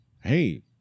hey